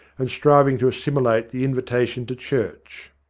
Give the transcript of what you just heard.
and striving to assimilate the invitation to church.